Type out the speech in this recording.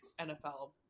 NFL